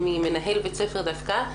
ממנהל בית ספר דווקא.